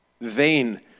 Vain